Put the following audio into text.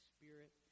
Spirit